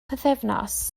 pythefnos